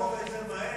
אם תגמור את זה מהר,